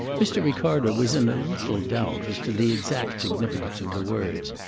mr. ricardo was in a little doubt as to the exact significance of the words.